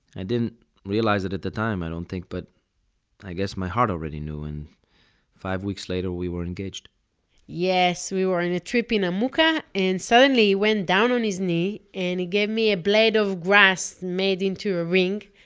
i didn't realize it at the time, i don't think, but i guess my heart already knew. and five weeks later we were engaged yes! we were on a trip in amuka and suddenly he went down on his knee and he gave me a blade of grass made into a ring,